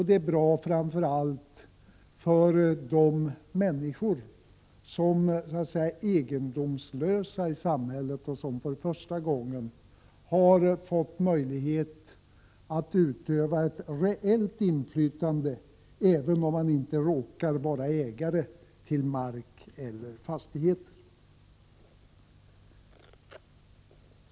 Den är bra framför allt för de människor som kan sägas vara egendomslösa i samhället och som nu för första gången har fått möjlighet att utöva ett reellt inflytande, även om de inte råkar vara ägare till mark eller fastigheter.